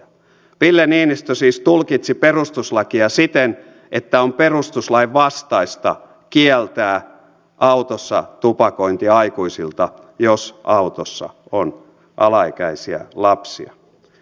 ville niinistö siis tulkitsi perustuslakia siten että on perustuslain vastaista kieltää autossa tupakointi aikuisilta jos autossa on alaikäisiä lapsia